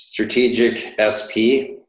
StrategicSP